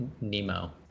Nemo